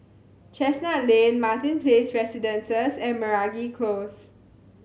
Chestnut Lane Martin Place Residences and Meragi Close